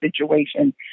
situation